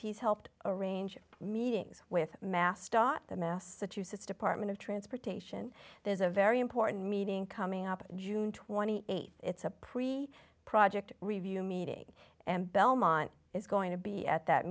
he's helped arrange meetings with mascot the massachusetts department of transportation there's a very important meeting coming up in june twenty eighth it's a pretty project review meeting and belmont is going to be at that